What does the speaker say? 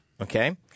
Okay